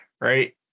right